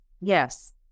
Yes